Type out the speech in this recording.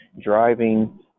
driving